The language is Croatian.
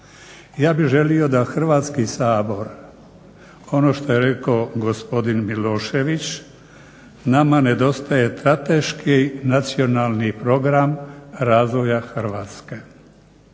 Ja bih želio da Hrvatski sabor ono što je rekao gospodin Milošević nama nedostaje strateški nacionalni program razvoja Hrvatske.